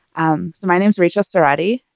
um so my name's rachael cerrotti.